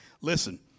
Listen